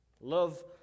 Love